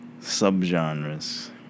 Subgenres